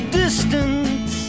distance